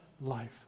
life